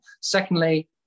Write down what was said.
Secondly